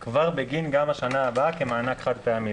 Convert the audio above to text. גם בגין השנה הבאה כמענק חד-פעמי.